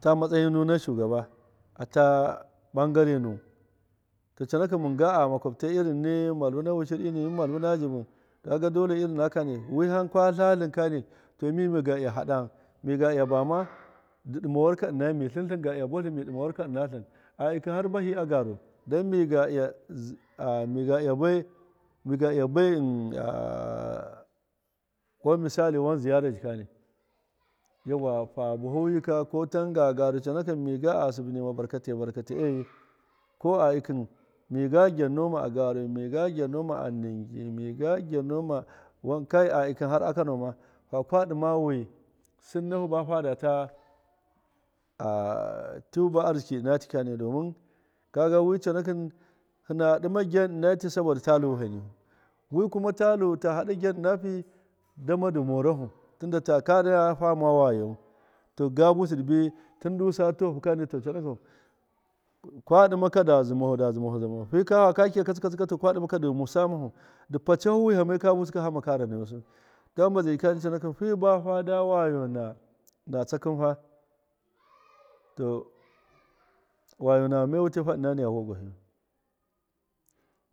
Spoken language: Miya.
ta matsayi nuwɨn na shugaba a ta ɓankare nuwɨn to conakɨn mɨn a makwaptai irin ni malvu na wushir irin ni malvu na zhɨbɨn kaga dole irin nakakani wiham ka faratlɨn ka kani to mi- miga iya haɗa gham miga iya bama dɨ ɗɨma warka ɨna mi tlɨn tlɨn ga iya buwatlɨn di ɗɨma warka ɨna tlɨn a ikɨn har bahɨ a garu dan miga iya bai a wan misali wan ziyara ka jikani yauwa fabafu yika kotan ga garu conakɨn miga asɨbɨ nima barkatai barkatai eyi ko a yikɨn miga gyannoma a garu miga gyannoma a ningi miga gyannoma wan ai a ikɨn har a kano ma fakwa ɗɨma wi sɨn nafu ba fadata a tɨn ba arzikikani domin kaga wi conakɨn hɨna ɗɨma gyan ɨna ti saboda talu hali wi kuma ta haɗa gyan ina fi dama dɨ morafu tɨnda ta ka hama wayawu to gabusɨ dɨbi tɨnɗusa tuwaka to conakɨn kwa ɗɨmaka da zimafu da zimafu fika faka kiya katsi katsika a ɗɨma dɨ ghamusa ghamahu dɨ pacahu wiham kabusɨka hama kara nayusɨ hamba zai jika conakɨn fi bada wayo na tsakɨnfa a to wayo nama me wutaifa ɨna niya vuwagwahɨyu.